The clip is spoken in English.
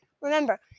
Remember